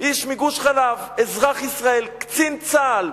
איש מגוש-חלב, אזרח ישראל, קצין צה"ל,